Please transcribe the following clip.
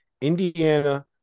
Indiana